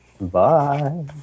Bye